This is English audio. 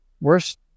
worst